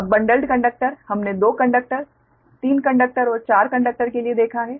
अब bundled conductor हमने 2 conductor 3 conductor और चार कंडक्टर के लिए देखा है